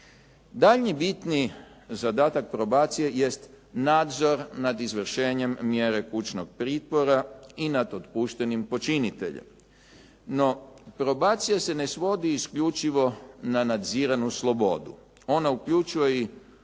Daljnji bitni zadatak probacije jest nadzor nad izvršenjem mjere kućnog pritvora i nad otpuštenim počiniteljem. No, probacija se ne svodi isključivo na nadziranu slobodu. Ona uključuje i